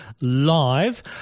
live